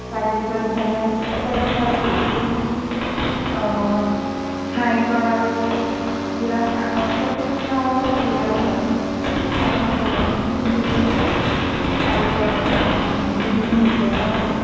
তাৰে পিছত ইফালে তেলপিঠাটো হৈছি নাৰিকল আৰু গুড়া তেল পিঠাটো আলোৱা চাউলৰ গুড়াৰে হয় আলোৱা চাউলৰ গুড়াখিনি খুন্দি লৈ মিঠেই খিনি হেৰি কৰিব লাগে